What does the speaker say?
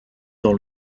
dans